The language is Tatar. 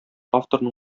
авторның